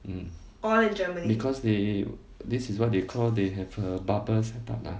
mm because they this is what they call they have uh barbers set up ah